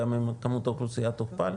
גם אם כמות האוכלוסייה תוכפל?